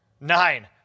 Nine